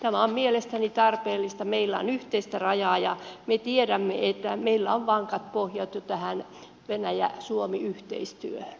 tämä on mielestäni tarpeellista meillä on yhteistä rajaa ja me tiedämme että meillä on vankat pohjat tähän venäjäsuomi yhteistyöhön